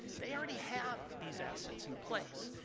they already have these assets in place.